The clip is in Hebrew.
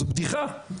זאת בדיחה.